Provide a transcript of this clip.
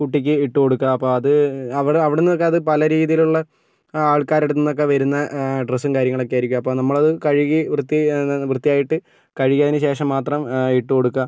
കുട്ടിക്ക് ഇട്ട് കൊടുക്കുക അപ്പം അത് അവിടുന്ന് ഒക്കെ അത് പല രീതിയിലുള്ള ആള്ക്കാരുടെ അടുത്ത് നിന്നൊക്കെ വരുന്ന ഡ്രെസ്സും കാര്യങ്ങളും ഒക്കെ ആയിരിക്കും അപ്പം നമ്മളത് കഴുകി വൃത്തിയായിട്ടു കഴുകിയതിനു ശേഷം മാത്രം ഇട്ട് കൊടുക്കുക